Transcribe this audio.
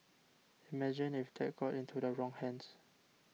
imagine if that got into the wrong hands